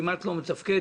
כמעט לא מתפקדת,